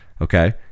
Okay